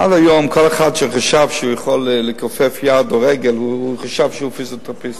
עד היום כל אחד שחשב שהוא יכול לכופף יד או רגל חשב שהוא פיזיותרפיסט.